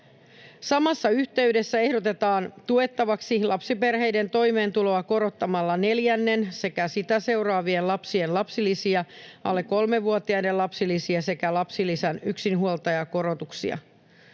Samassa yhteydessä ehdotetaan tuettavaksi lapsiperheiden toimeentuloa korottamalla neljännen sekä sitä seuraavien lapsien lapsilisiä, alle kolmevuotiaiden lapsilisiä sekä lapsilisän yksinhuoltajakorotuksia.